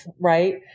right